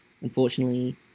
Unfortunately